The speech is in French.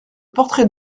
portrait